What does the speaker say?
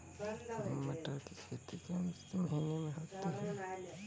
मटर की खेती कौन से महीने में होती है?